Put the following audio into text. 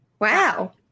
Wow